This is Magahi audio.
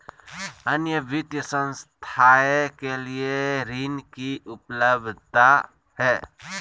अन्य वित्तीय संस्थाएं के लिए ऋण की उपलब्धता है?